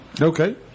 Okay